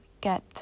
get